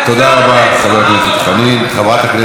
חברת הכנסת תמר זנדברג, בבקשה.